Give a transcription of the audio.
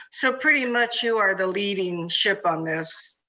so pretty much you are the leading ship on this,